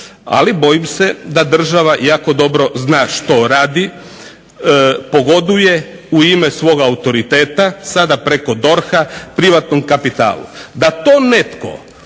Ali bojim se da država jako dobro zna što radi, pogoduje, u ime svog autoriteta sada preko DORH-a privatnom kapitalu. DA to netko